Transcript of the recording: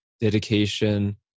dedication